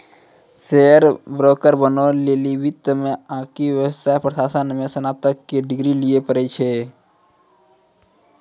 share broker बनै लेली वित्त मे आकि व्यवसाय प्रशासन मे स्नातक के डिग्री लिये पड़ै छै